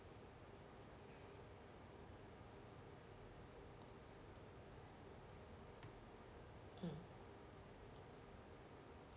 mm